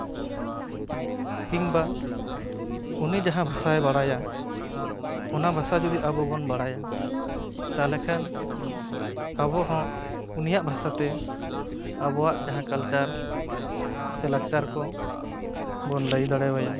ᱠᱤᱝᱵᱟ ᱩᱱᱤ ᱡᱟᱦᱟᱸ ᱵᱷᱟᱥᱟᱭ ᱵᱟᱲᱟᱭᱟ ᱚᱱᱟ ᱵᱷᱟᱥᱟ ᱡᱩᱫᱤ ᱟᱵᱚ ᱵᱚᱱ ᱵᱟᱲᱟᱭᱟ ᱛᱟᱦᱚᱞᱮ ᱠᱷᱟᱱ ᱟᱵᱚ ᱦᱚᱸ ᱩᱱᱤᱭᱟᱜ ᱵᱷᱟᱥᱟ ᱛᱮ ᱟᱵᱚᱣᱟᱜ ᱡᱟᱦᱟᱸ ᱠᱟᱞᱪᱟᱨ ᱥᱮ ᱞᱟᱠᱪᱟᱨ ᱠᱚ ᱵᱚᱱ ᱞᱟᱹᱭ ᱫᱟᱲᱮᱣᱟᱭᱟ